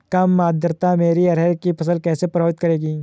कम आर्द्रता मेरी अरहर की फसल को कैसे प्रभावित करेगी?